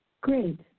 Great